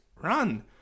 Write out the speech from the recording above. Run